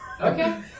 Okay